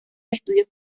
estudios